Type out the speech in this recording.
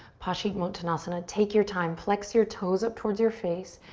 paschimottanasana. take your time. flex your toes up towards your face.